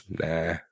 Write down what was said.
nah